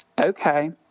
okay